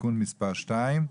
(תיקום מספר 2),